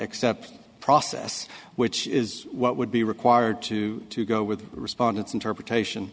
except process which is what would be required to go with respondents interpretation